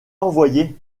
envoyé